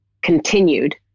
continued